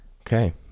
Okay